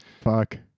fuck